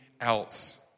else